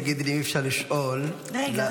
תגידי לי, אם אפשר לשאול -- רגע.